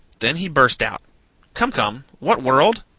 then he burst out come, come, what world?